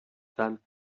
femme